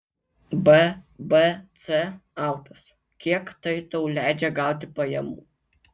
bbc autos kiek tai tau leidžia gauti pajamų